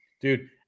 dude